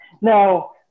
Now